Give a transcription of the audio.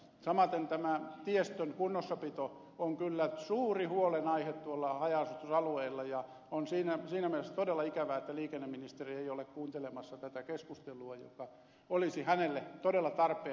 samaten tämä tiestön kunnossapito on kyllä suuri huolenaihe tuolla haja asutusalueilla ja on siinä mielessä todella ikävää että liikenneministeri ei ole kuuntelemassa tätä keskustelua joka olisi hänelle todella tarpeen